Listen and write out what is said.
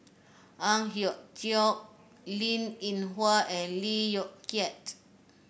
Ang Hiong Chiok Linn In Hua and Lee Yong Kiat